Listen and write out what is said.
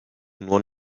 nur